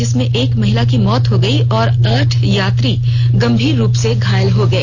जिसमें एक महिला की मौत हो गई और आठ यात्री गंभीर रूप से घायल हो गए